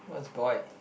what's boy